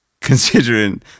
considering